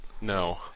No